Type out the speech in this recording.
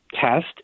test